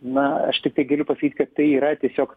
na aš tiktai galiu pasakyt kad tai yra tiesiog